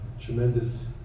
tremendous